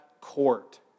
court